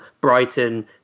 Brighton